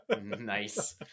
nice